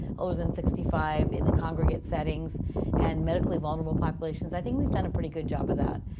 older than sixty five in the congregate settings and medically vulnerable populations. i think we've done a pretty good job of that.